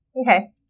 Okay